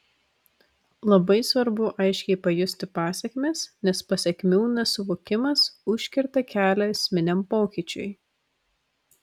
labai svarbu aiškiai pajusti pasekmes nes pasekmių nesuvokimas užkerta kelią esminiam pokyčiui